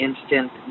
instant